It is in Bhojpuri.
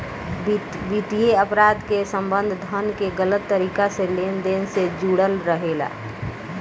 वित्तीय अपराध के संबंध धन के गलत तरीका से लेन देन से जुड़ल रहेला